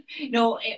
no